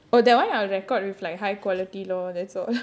oh that [one] I'll record with like high quality lor that's all